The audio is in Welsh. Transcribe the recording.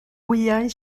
wyau